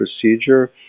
procedure